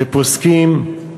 בפוסקים,